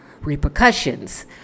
repercussions